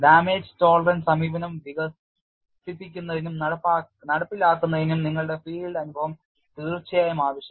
Damage tolerance സമീപനം വികസിപ്പിക്കുന്നതിനും നടപ്പിലാക്കുന്നതിനും നിങ്ങളുടെ ഫീൽഡ് അനുഭവം തീർച്ചയായും ആവശ്യമാണ്